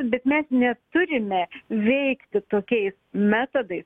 bet mes neturime veikti tokiais metodais